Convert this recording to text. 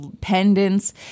pendants